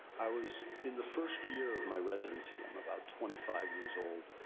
i was in the first year of my residency. i'm about twenty five years old,